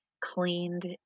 cleaned